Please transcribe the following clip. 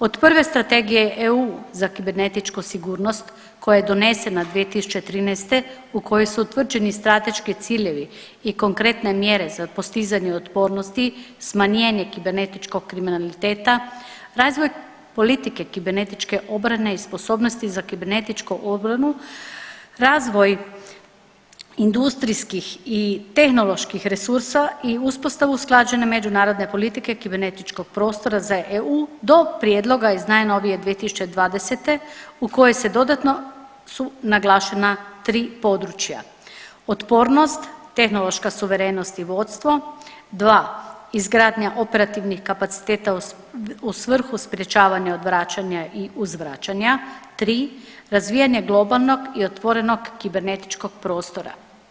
Od prve Strategije EU za kibernetičku sigurnost koja je donesena 2013. u kojoj su utvrđeni strateški ciljevi i konkretne mjere za postizanje otpornosti, smanjenje kibernetičkog kriminaliteta, razvoj politike kibernetičke obrane i sposobnosti za kibernetičku obranu, razvoj industrijskih i tehnoloških resursa i uspostavu usklađene međunarodne politike kibernetičkog prostora za EU do prijedloga iz najnovije iz 2020. u kojoj su dodatno naglašena tri područja, otpornost, tehnološka suverenost i vodstvo, 2 izgradnja operativnih kapaciteta u svrhu sprečavanja, odvraćanja i uzvraćanja, 3 razvijanje globalnog i otvorenog kibernetičkog prostora.